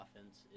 offense